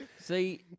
See